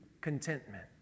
contentment